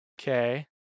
Okay